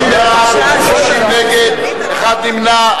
30 בעד, 60 נגד, אחד נמנע.